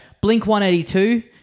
Blink-182